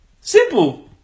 simple